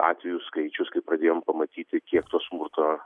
atvejų skaičius kai padėjom pamatyti kiek to smurto